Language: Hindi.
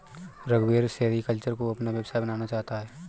रघुवीर सेरीकल्चर को अपना व्यवसाय बनाना चाहता है